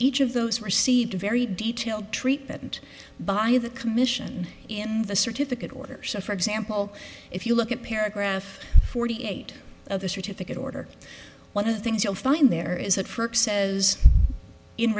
each of those received a very detailed treatment by the commission in the certificate orders for example if you look at paragraph forty eight of the certificate order one of the things you'll find there is that frank says in